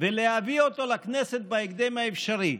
ולהביא אותו לכנסת בהקדם האפשרי,